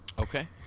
Okay